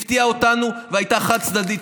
הפתיעה אותנו והייתה חד-צדדית,